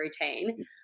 routine